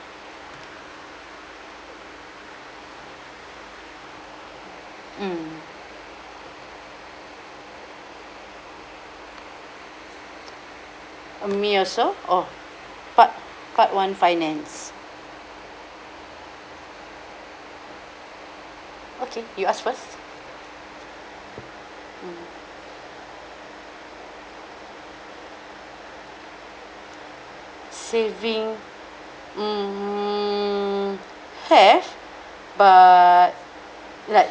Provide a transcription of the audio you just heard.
mm uh me also oh part part one finance okay you ask first mm saving mm have but like